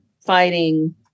fighting